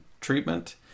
treatment